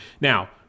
Now